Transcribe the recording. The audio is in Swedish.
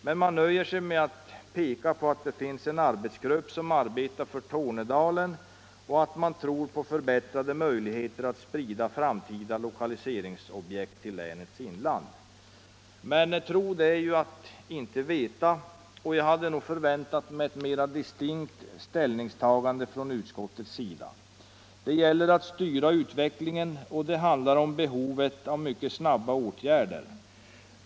Men utskottet nöjer sig med att peka på att det finns en arbetsgrupp som arbetar med Tornedalen och säga att man tror på förbättrade möjligheter att sprida framtida lokaliseringsobjekt till länets inland. Men att tro är att icke veta. Jag hade förväntat mig ett mer distinkt ställningstagande från utskottets sida. Det gäller att styra utvecklingen, och det handlar om behovet av mycket snabba åtgärder.